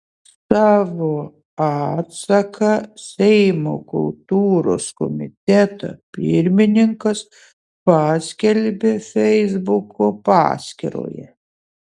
savo atsaką seimo kultūros komiteto pirmininkas paskelbė feisbuko paskyroje